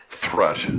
Threat